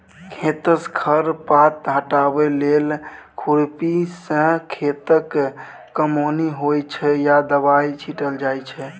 खेतसँ खर पात हटाबै लेल खुरपीसँ खेतक कमौनी होइ छै या दबाइ छीटल जाइ छै